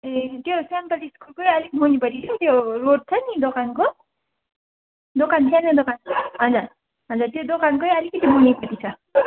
ए त्यो Saint Paul स्कुलकै अलिक मुनिपट्टि क्या हौ त्यो रोड छ नि दोकानको दोकान सानो दोकान हजुर हजुर त्यो दोकानकै अलिकति मुनिपट्टि छ